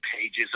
pages